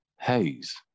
haze